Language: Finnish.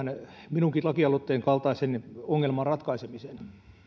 minunkin lakialoitteessani esitellyn tämän kaltaisen ongelman ratkaisemiseen